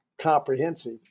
comprehensive